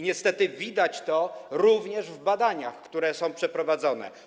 Niestety widać to również w badaniach, które są przeprowadzone.